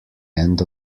end